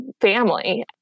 family